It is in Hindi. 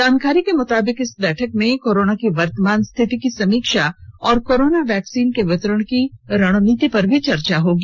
जानकारी के मुताबिक इस बैठक में कोरोना की वर्तमान स्थिति की समीक्षा और कोरोना वैक्सीन के वितरण की रणनीति पर भी चर्चा होगी